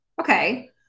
Okay